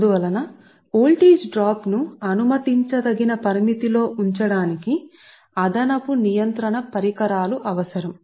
అందువల్ల వోల్టేజ్ డ్రాప్ను అనుమతించదగిన పరిమితి లో ఉంచడానికి అదనపు నియంత్రణ పరికరాలు అవసరం